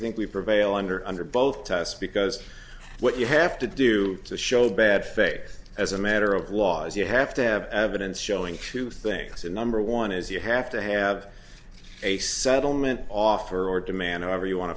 think we prevail under under both tests because what you have to do to show bad faith as a matter of law is you have to have evidence showing two things and number one is you have to have a settlement offer or demand however you want